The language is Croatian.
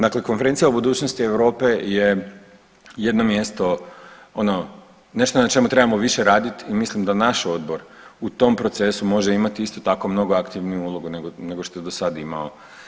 Dakle, Konferencija o budućnosti Europe je jedno mjesto ono na čemu trebamo više radit i mislimo da naš odbor u tom procesu može imati isto tako mnogo aktivniju ulogu nego što je do sad imao.